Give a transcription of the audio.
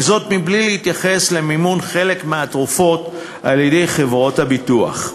זה בלי להתייחס למימון חלק מהתרופות על-ידי חברות הביטוח: